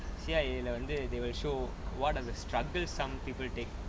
C_I_A வந்து:vanthu they will show what are the struggle some people take